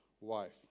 wife